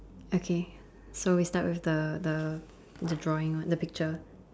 okay so we start with the the the drawing one the picture